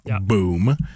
Boom